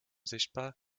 sichtbar